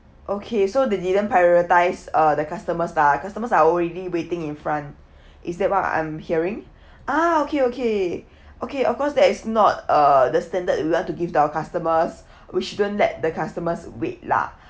okay so they didn't prioritize uh the customers lah customers are already waiting in front is that what I'm hearing ah okay okay okay of course there is not uh the standard we want to give our customers we shouldn't let the customers wait lah